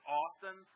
often